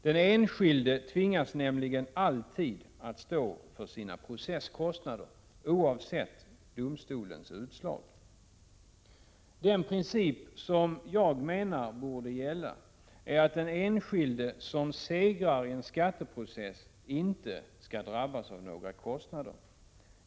Den enskilde tvingas nämligen alltid att stå för sina processkostnader, oavsett domstolens utslag. Den princip som jag menar borde gälla är att en enskild som segrar i en skatteprocess inte skall drabbas av några kostnader.